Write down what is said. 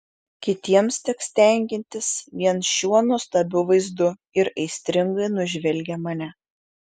kitiems teks tenkintis vien šiuo nuostabiu vaizdu ir aistringai nužvelgia mane